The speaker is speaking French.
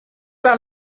par